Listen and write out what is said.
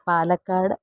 Palakkad